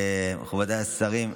מכובדיי השרים,